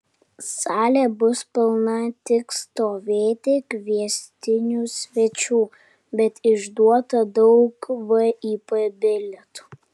salė bus pilna tik stovėti kviestinių svečių bet išduota daug vip bilietų